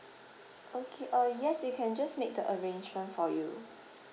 okay uh yes we can just make the arrangement for you